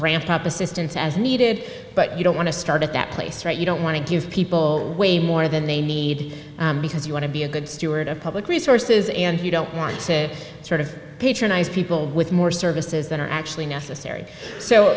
up assistance as needed but you don't want to start at that place right you don't want to give people way more than they need because you want to be a good steward of public resource and you don't want to sort of patronize people with more services than are actually necessary so